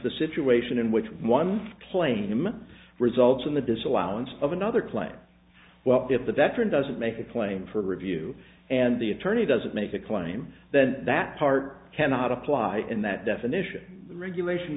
the situation in which one claimant results in the disallowance of another claim well if the veteran doesn't make a claim for review and the attorney doesn't make a claim then that part cannot apply in that definition the regulation